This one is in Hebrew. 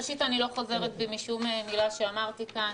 ראשית, אני לא חוזרת בי משום מילה שאמרתי כאן.